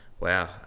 wow